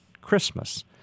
Christmas